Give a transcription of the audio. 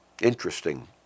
Interesting